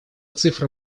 цифра